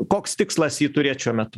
koks tikslas jį turėt šiuo metu